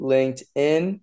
Linkedin